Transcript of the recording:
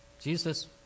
Jesus